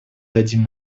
дадим